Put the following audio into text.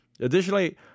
Additionally